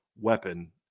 weapon